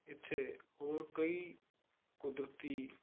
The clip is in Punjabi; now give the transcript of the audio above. ਇੱਥੇ ਹੋਰ ਕਈ ਕੁਦਰਤੀ